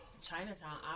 Chinatown